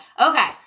okay